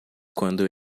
quando